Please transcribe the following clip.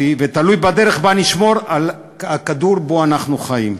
ותלויים בדרך שבה נשמור על הכדור שבו אנחנו חיים.